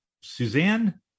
Suzanne